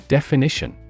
Definition